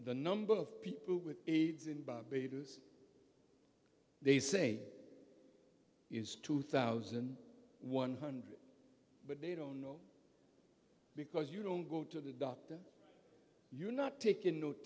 the number of people with aids in barbados they say is two thousand one hundred but they don't know because you don't go to the doctor you're not taking no tes